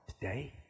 today